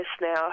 now